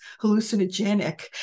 hallucinogenic